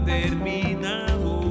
terminado